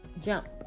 Jump